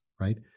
right